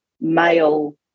male